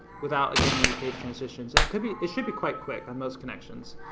without, again, any page transitions, and it could be, it should be quite quick on most connections,